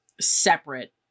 separate